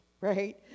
right